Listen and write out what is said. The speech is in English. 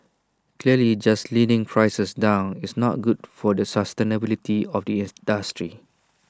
clearly just leading prices down it's not good for the sustainability of the industry